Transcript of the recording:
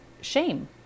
shame